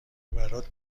برات